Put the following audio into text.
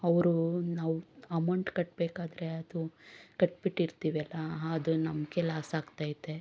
ಅವರು ನಾವು ಅಮೌಂಟ್ ಕಟ್ಬೇಕಾದರೆ ಅದು ಕಟ್ಬಿಟ್ಟಿರ್ತೀವಿ ಅಲ್ವಾ ಅದು ನಮಗೆ ಲಾಸಾಗ್ತೈತೆ